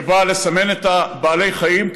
שבא לסמן את בעלי חיים,